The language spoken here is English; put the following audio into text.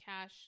cash